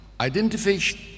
identification